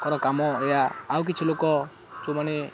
ଙ୍କର କାମ ଏହା ଆଉ କିଛି ଲୋକ ଯେଉଁମାନେ